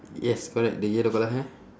yes correct the yellow colour hair